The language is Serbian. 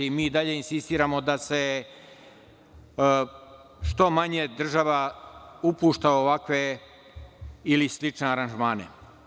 Mi i dalje insistiramo da se što manje država upušta u ovakve ili slične aranžmane.